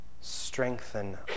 strengthen